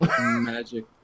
Magic